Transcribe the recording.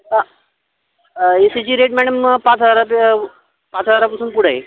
हां एसीची rate madam पाच हजार ते पाच हजारापासून पुढं आहे